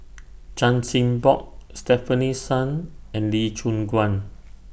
Chan Chin Bock Stefanie Sun and Lee Choon Guan